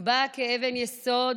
נקבע כאבן יסוד